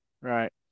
Right